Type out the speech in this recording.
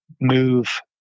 move